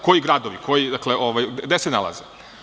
Koji gradovi, dakle, gde se nalaze?